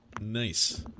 Nice